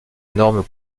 norme